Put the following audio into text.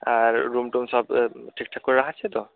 আর room টুম সব ঠিকঠাক করে রাখা আছে তো